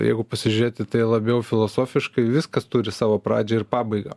jeigu pasižiūrėt į tai labiau filosofiškai viskas turi savo pradžią ir pabaigą